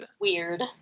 Weird